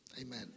amen